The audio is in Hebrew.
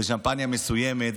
ושמפניה מסוימת,